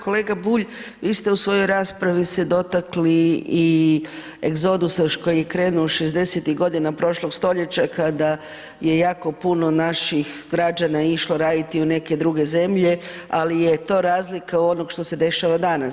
Kolega Bulj vi ste u svojoj raspravi se dotakli i egzodusa još koji je krenuo šezdesetih godina prošloga stoljeća kada je jako puno naših građana išlo raditi u neke druge zemlje, ali je to razlika od onoga što se dešava danas.